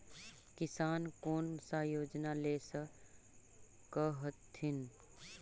किसान कोन सा योजना ले स कथीन?